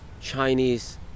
Chinese